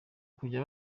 kujya